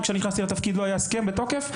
כשנכנסתי לתפקיד לא היה הסכם בתוקף,